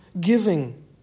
giving